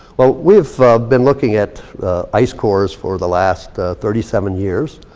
well we've been looking at ice cores for the last thirty seven years.